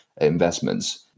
investments